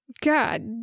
God